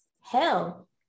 Hell